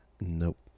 nope